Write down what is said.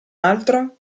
altro